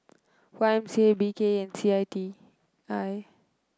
Y M C A B K E and C I T I